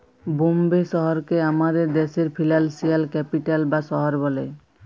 বম্বে শহরকে আমাদের দ্যাশের ফিল্যালসিয়াল ক্যাপিটাল বা শহর ব্যলে